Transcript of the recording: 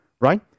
right